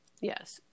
yes